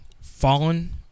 Fallen